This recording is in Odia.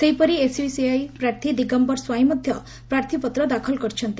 ସେହିପରି ଏସ୍ୟୁସିଆଇ ପ୍ରାର୍ଥୀ ଦିଗମ୍ଟର ସ୍ୱାଇଁ ମଧ୍ଧ ପ୍ରାର୍ଥୀପତ୍ର ଦାଖଲ କରିଛନ୍ତି